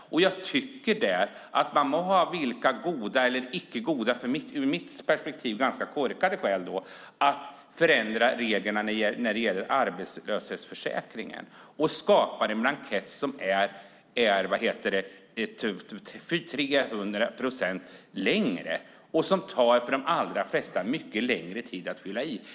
Man må ha vilka goda eller icke goda skäl som helst - ur mitt perspektiv är det ganska korkade skäl - att förändra reglerna när det gäller arbetslöshetsförsäkringen. Då skapar man en blankett som är 300 procent mer omfattande och som för de allra flesta tar mycket längre tid att fylla i.